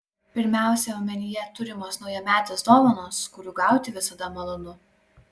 pirmiausia omenyje turimos naujametės dovanos kurių gauti visada malonu